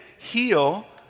heal